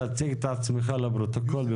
תציג את עצמך לפרוטוקול,